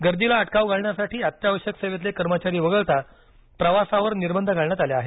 गर्दीला अटकाव घालण्यासाठी अत्यावश्यक सेवेतले कर्मचारी वगळता प्रवासावर निर्बंध घालण्यात आले आहेत